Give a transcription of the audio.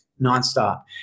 nonstop